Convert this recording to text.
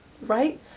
right